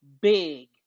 big